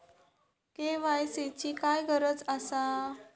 KYC ची काय गरज आसा?